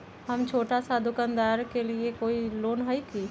हम छोटा सा दुकानदारी के लिए कोई लोन है कि?